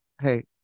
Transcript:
hey